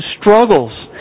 struggles